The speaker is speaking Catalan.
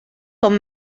com